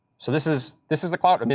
so this is this is a cloud. i mean